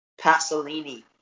Pasolini